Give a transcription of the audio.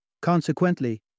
Consequently